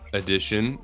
edition